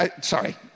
sorry